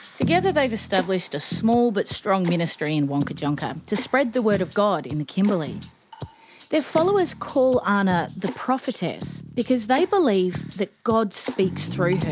together, they've established a small but strong ministry in wangkatjungka, to spread the word of god in the kimberley their followers call ana the prophetess because they believe that god speaks through her.